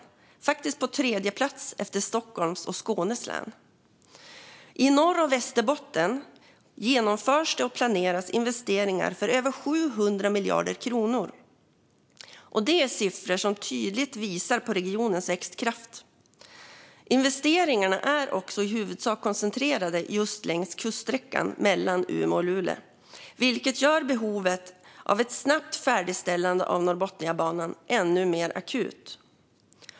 Det ligger faktiskt på tredje plats efter Stockholms och Skånes län. I Norr och Västerbotten planeras det för och genomförs investeringar om över 700 miljarder kronor, vilket är siffror som tydligt visar på regionens växtkraft. Investeringarna är också i huvudsak koncentrerade till just kuststräckan mellan Umeå och Luleå, vilket gör behovet av ett snabbt färdigställande av Norrbotniabanan ännu mer akut.